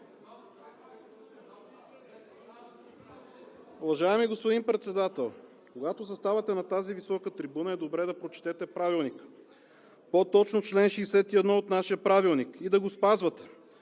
Уважаеми господин Председател, когато заставате на тази висока трибуна, е добре да прочетете Правилника, по-точно чл. 61 от нашия Правилник и да го спазвате,